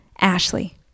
Ashley